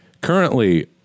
Currently